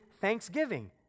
thanksgiving